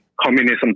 communism